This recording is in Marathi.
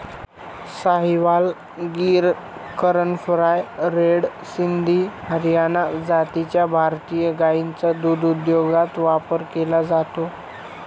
साहिवाल, गीर, करण फ्राय, रेड सिंधी, हरियाणा जातीच्या भारतीय गायींचा दुग्धोद्योगात वापर केला जातो